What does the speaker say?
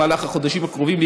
במהלך החודשים הקרובים,